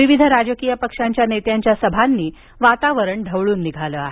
विविध राजकीय पक्षाच्या नेत्यांच्या सभांनी वातावरण ढवळून निघालं आहे